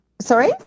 Sorry